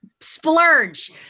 splurge